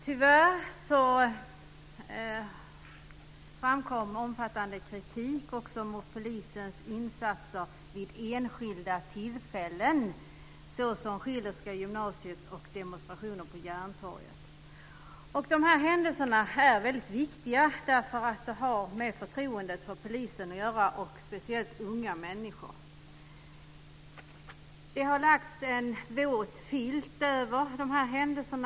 Tyvärr har det framkommit omfattande kritik mot polisens insatser också vid enskilda tillfällen, t.ex. i samband med händelserna vid Schillerska gymnasiet och demonstrationerna på Järntorget. Dessa händelser är viktiga eftersom det har att göra med förtroendet för polisen - det gäller speciellt unga människors förtroende. Det har lagts en våt filt över dessa händelser.